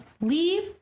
leave